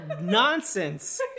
nonsense